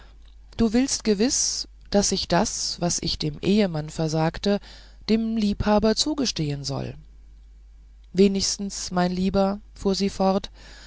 du willst gewiß daß ich das was ich dem ehemann versagte dem liebhaber zugestehen soll wenigstens mein lieber fuhr sie fort